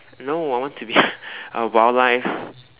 no I want to be a wildlife